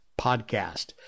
podcast